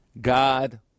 God